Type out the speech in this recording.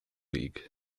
league